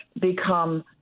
become